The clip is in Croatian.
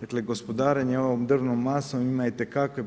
Dakle, gospodarenje ovom drvnom masom ima itekakve